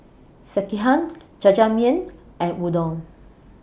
Sekihan Jajangmyeon and Udon